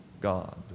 God